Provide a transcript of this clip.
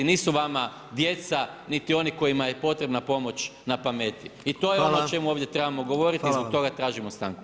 Nisu vama djeca niti oni kojima je potrebna pomoć na pameti i to je ono čemu ovdje trebamo govoriti i zbog toga tražimo stanku.